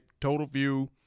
Totalview